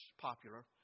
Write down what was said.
popular